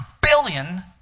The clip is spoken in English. billion